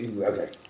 Okay